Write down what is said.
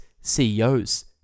CEOs